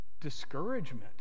discouragement